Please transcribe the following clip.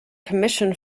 commission